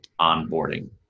onboarding